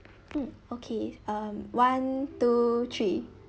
mm okay um one two three